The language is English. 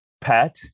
pet